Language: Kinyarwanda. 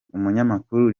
umunyamakuru